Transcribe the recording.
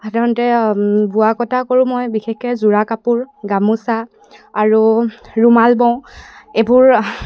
সাধাৰণতে বোৱা কটা কৰোঁ মই বিশেষকৈ যোৰা কাপোৰ গামোচা আৰু ৰুমাল বওঁ এইবোৰ